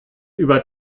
über